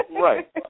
Right